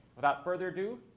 without further ado,